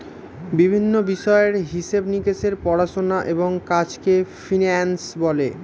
বিভিন্ন বিষয়ের হিসেব নিকেশের পড়াশোনা এবং কাজকে ফিন্যান্স বলে